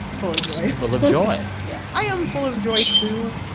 full of joy. full of joy yeah. i am full of joy, too.